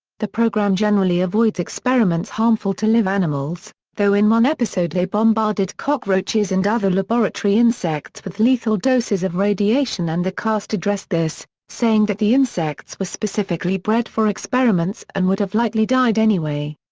the program generally avoids experiments harmful to live animals, though in one episode they bombarded cockroaches and other laboratory insects with lethal doses of radiation and the cast addressed this, saying that the insects were specifically bred for experiments and would have likely died anyway.